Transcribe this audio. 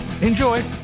Enjoy